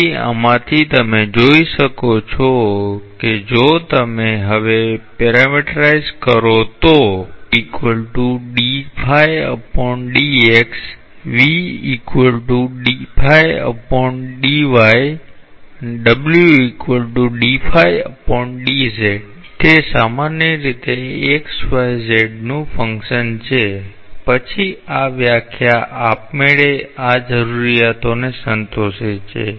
તેથી આમાંથી તમે જોઈ શકો છો કે જો તમે હવે પેરામીટરાઇઝ કરો તો તે સામાન્ય રીતે x y z નું ફંક્શન છે પછી આ વ્યાખ્યા આપમેળે આ જરૂરિયાતને સંતોષે છે